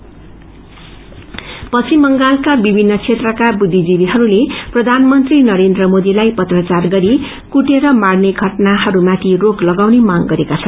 lipid पश्चिम बंगालका विभिन्न क्षेत्रका बुद्धिजीविहरूले प्रधान मंत्री नरेन्द्र मोदीलाई पत्रचार गरि कुटेर मार्ने घटनाहरूमाथि रोक लगाउने मांग गरेका छन्